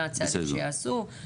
מה הצעדים שיעשו.